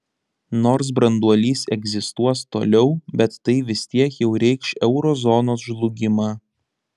nors branduolys egzistuos toliau bet tai vis tiek jau reikš euro zonos žlugimą